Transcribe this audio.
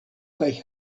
kaj